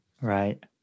Right